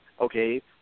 Okay